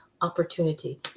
opportunity